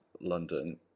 London